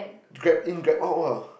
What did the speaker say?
grab in grab out ah